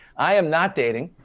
i am not dating,